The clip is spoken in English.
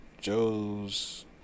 Joe's